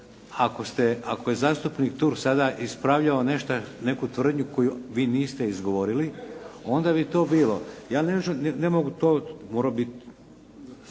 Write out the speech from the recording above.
ako je zastupnik Turk ispravljao nešto neku tvrdnju koju vi niste izgovorili, onda bi to bilo. Ja ne mogu to, morao bih,